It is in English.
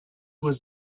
was